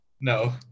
no